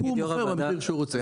הוא מוכר במחיר שהוא רוצה.